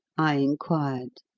i inquired.